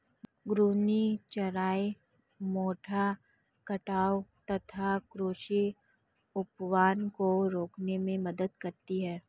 घूर्णी चराई मृदा कटाव तथा कृषि अपवाह को रोकने में मदद करती है